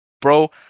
bro